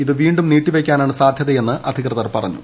ഇത് വീണ്ടും നീട്ടിവയ്ക്കാനാണ് സാധ്യതയെന്ന് അധികൃതർ പറഞ്ഞു